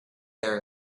there